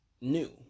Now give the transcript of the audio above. new